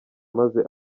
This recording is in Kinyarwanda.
maze